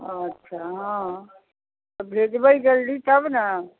अच्छा हाँ भेजबै जल्दी तब ने